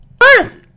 First